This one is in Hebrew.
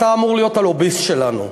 אתה אמור להיות הלוביסט שלנו.